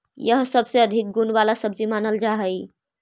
यह सबसे अधिक गुण वाला सब्जी मानल जा हई